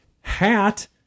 Hat